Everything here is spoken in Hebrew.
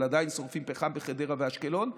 אבל עדיין שורפים פחם בחדרה ואשקלון,